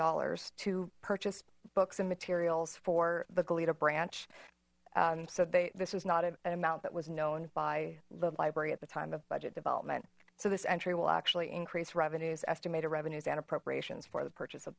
dollars to purchase books and materials for the goleta branch so they this was not an amount that was known by the library at the time of budget development so this entry will actually increase revenues estimated revenues and appropriations for the purchase of